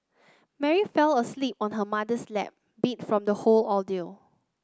Mary fell asleep on her mother's lap beat from the whole ordeal